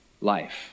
life